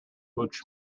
which